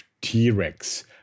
t-rex